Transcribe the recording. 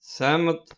ਸਹਿਮਤ